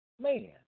man